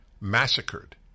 massacred